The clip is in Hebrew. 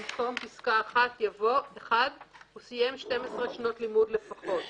(1) במקום פסקה (1) יבוא: (1) הוא סיים שתים עשרה שנות לימוד לפחות,"